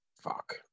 fuck